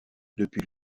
depuis